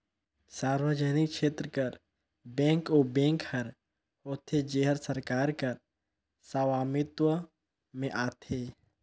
सार्वजनिक छेत्र कर बेंक ओ बेंक हर होथे जेहर सरकार कर सवामित्व में आथे